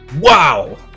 Wow